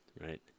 right